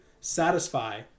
satisfy